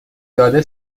داده